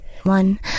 One